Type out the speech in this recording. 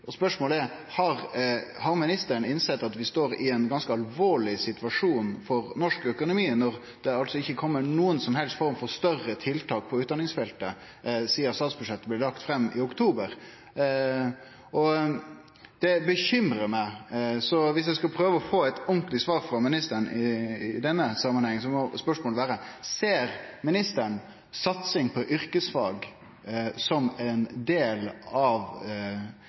spørsmålet er: Har ministeren innsett at vi står i ein ganske alvorleg situasjon for norsk økonomi, når det altså ikkje kjem nokon som helst form for større tiltak på utdanningsfeltet sidan statsbudsjettet blei lagt fram i oktober? Det bekymrar meg. Så viss eg skal prøve å få eit ordentleg svar frå ministeren i denne samanhengen, må spørsmålet vere: Ser ministeren satsing på yrkesfag som ein del av